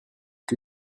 que